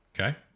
Okay